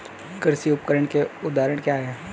कृषि उपकरण के उदाहरण क्या हैं?